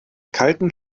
kalten